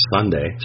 Sunday